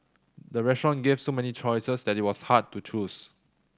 the restaurant gave so many choices that it was hard to choose